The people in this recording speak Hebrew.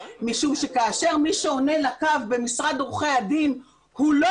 משום שכאשר מי שעונה לקו במשרד עורכי הדין הוא לא